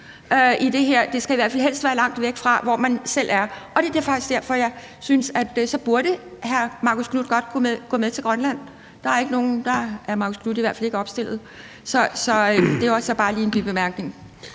Det skal i hvert fald helst være langt væk fra, hvor man selv er. Og det er faktisk derfor, jeg synes, at så burde hr. Marcus Knuth godt kunne gå med til Grønland. Der er Marcus Knuth i hvert fald ikke opstillet – det var så også bare lige en bibemærkning.